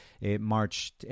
March